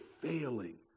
failing